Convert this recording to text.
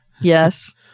Yes